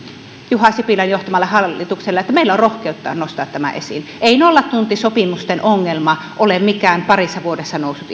juha sipilän johtamalle hallitukselle että meillä on rohkeutta nostaa tämä esiin ei nollatuntisopimusten ongelma ole mikään parissa vuodessa noussut